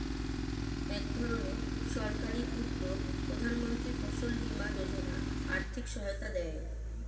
একধরনের সরকারি উদ্যোগ প্রধানমন্ত্রী ফসল বীমা যোজনা আর্থিক সহায়তা দেয়